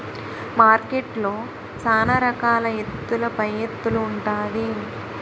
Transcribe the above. మార్కెట్లో సాన రకాల ఎత్తుల పైఎత్తులు ఉంటాది